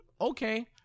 Okay